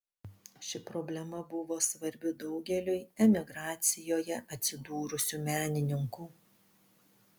ši problema buvo svarbi daugeliui emigracijoje atsidūrusių menininkų